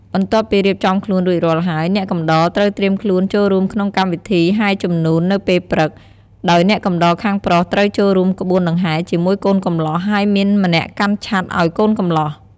បន្ទាប់ពីរៀបចំខ្លួនរួចរាល់ហើយ អ្នកកំដរត្រូវត្រៀមខ្លួនចូលរួមក្នុងកម្មវិធីហែរជំនូននៅពេលព្រឹក ដោយអ្នកកំដរខាងប្រុសត្រូវចូលរួមក្បួនដង្ហែរជាមួយកូនកម្លោះ ហើយមានម្នាក់កាន់ឆ័ត្រឱ្យកូនកម្លោះ។